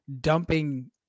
Dumping